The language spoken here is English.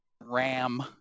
ram